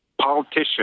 politician